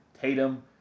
Tatum